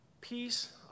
Peace